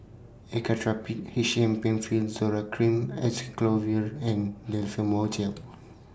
Actrapid H M PenFill Zoral Cream Acyclovir and Difflam Mouth Gel